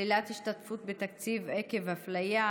שלילת השתתפות בתקציב עקב הפליה),